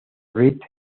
reed